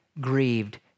grieved